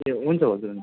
ए हुन्छ भाउजु